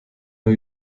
new